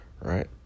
right